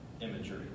Imagery